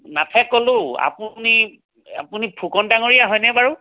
নাথে ক'লোঁ আপুনি আপুনি ফুকন ডাঙৰীয়া হয়নে বাৰু